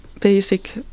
basic